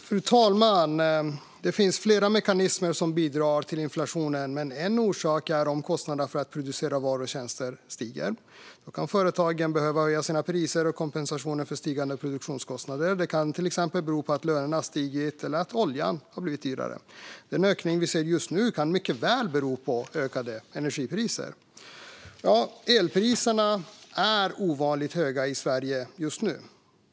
Fru talman! Det finns flera mekanismer som bidrar till inflationen. En är att kostnaderna för att producera varor och tjänster stiger. Då kan företagen behöva höja sina priser och kompensera för stigande produktionskostnader. Det kan till exempel bero på att lönerna stigit eller att oljan har blivit dyrare. Den ökning vi ser just nu kan mycket väl bero på ökade energipriser. Ja, elpriserna är ovanligt höga i Sverige just nu.